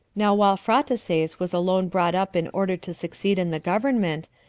now while phraataces was alone brought up in order to succeed in the government,